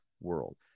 world